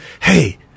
Hey